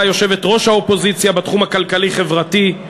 יושבת-ראש האופוזיציה בתחום הכלכלי-חברתי,